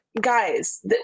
guys